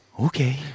okay